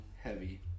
heavy